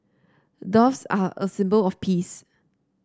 doves are a symbol of peace